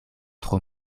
tro